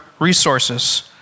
resources